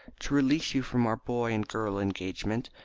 to release you from our boy and girl engagement,